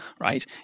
right